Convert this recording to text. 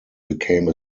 became